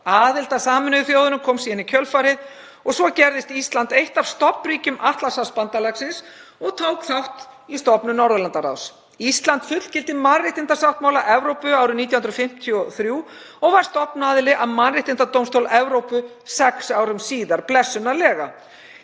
Aðild að Sameinuðu þjóðunum kom í kjölfarið. Síðan gerðist Ísland eitt af stofnríkjum Atlantshafsbandalagsins og tók þátt í stofnun Norðurlandaráðs. Ísland fullgilti mannréttindasáttmála Evrópu árið 1953 og var stofnaðili að Mannréttindadómstól Evrópu sex árum síðar, blessunarlega.